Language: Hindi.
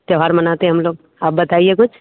त्यौहार मनाते हैं हम लोग आप बताइए कुछ